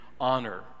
honor